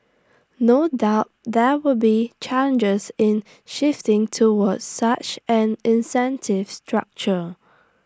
no doubt there will be challenges in shifting towards such an incentive structure